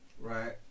right